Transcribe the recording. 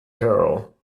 girl